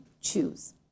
choose